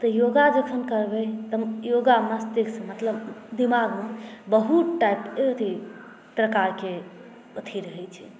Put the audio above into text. तऽ योग जखन करबै तऽ योगा मष्तिष्क मतलब दिमागमे बहुत टाइप एथी प्रकारकेँ अथी रहैत छै